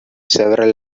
several